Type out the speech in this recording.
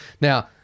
Now